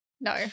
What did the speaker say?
no